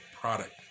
product